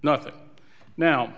nothing now